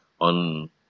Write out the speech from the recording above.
on